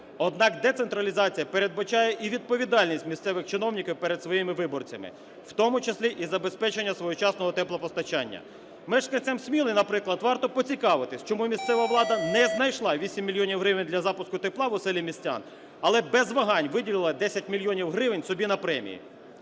Однак децентралізація передбачає і відповідальність місцевих чиновників перед своїми виборцями, в тому числі і забезпечення своєчасного теплопостачання. Мешканцям Сміли, наприклад, варто поцікавитися, чому місцева влада не знайшла 8 мільйонів гривень для запуску тепла в оселі містян, але без вагань виділила 10 мільйонів гривень собі на премії.